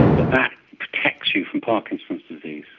that that protects you from parkinson's disease.